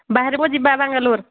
ବାହାରକୁ ଯିବା ବାଙ୍ଗଲୋର